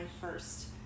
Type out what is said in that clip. first